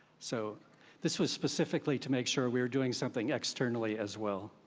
so this was specifically to make sure we are doing something externally as well.